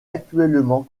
actuellement